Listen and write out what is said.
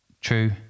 True